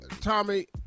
tommy